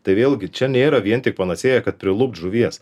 tai vėlgi čia nėra vien tik panacėja kad prilupt žuvies